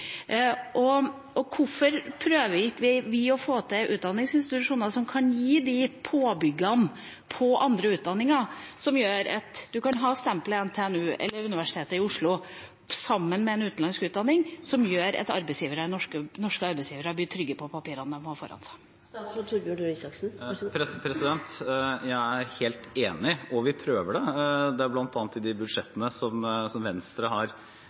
Hvorfor prøver vi ikke å få til utdanningsinstitusjoner som kan gi de påbyggene på andre utdanninger som gjør at man kan ha stempelet til NTNU eller Universitetet i Oslo sammen med en utenlandsk utdanning, noe som gjør at norske arbeidsgivere blir trygge på papirene de har foran seg? Jeg er helt enig, og vi prøver det. Blant annet i de budsjettene som Venstre har